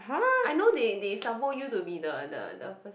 I know they they sabo you to be the the the